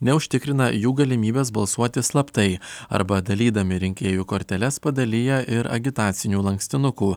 neužtikrina jų galimybės balsuoti slaptai arba dalydami rinkėjų korteles padalija ir agitacinių lankstinukų